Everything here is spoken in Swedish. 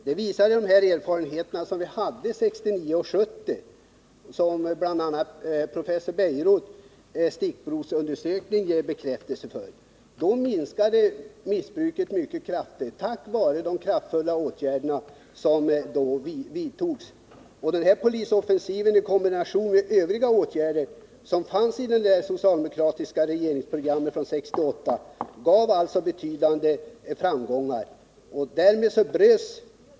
Det visas av de erfarenheter som vi fick 1969 och 1970 och som bl.a. bekräftas av professor Bejerots stickprovsundersökning. Då minskade missbruket mycket starkt tack vare de kraftfulla åtgärder som vidtogs. Denna polisoffensiv i kombination med åtgärderna i det socialdemokratiska regeringsprogrammet från 1968 gav alltså betydande framgångar.